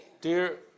dear